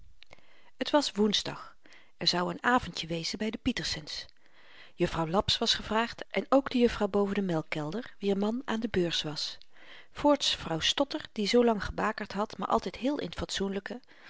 t was woensdag er zou n avendje wezen by de pietersens juffrouw laps was gevraagd en ook de juffrouw boven den melkkelder wier man aan de beurs was voorts vrouw stotter die zoo lang gebakerd had maar altyd heel in